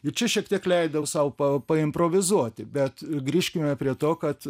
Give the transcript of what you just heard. ir čia šiek tiek leidau sau pa paimprovizuoti bet grįžkime prie to kad